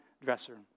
dresser